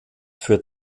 für